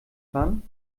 fahren